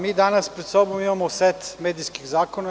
Mi danas pred sobom imamo set medijskih zakona.